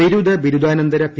ബിരുദ ബിരുദാനന്തര പി